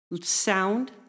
Sound